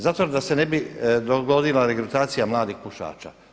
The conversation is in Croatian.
Zato da se ne bi dogodila regrutacija mladih pušača.